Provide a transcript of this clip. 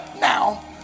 now